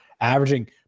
averaging